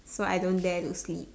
so I don't dare to sleep